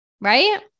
right